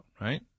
right